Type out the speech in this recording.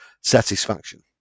satisfaction